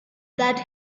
that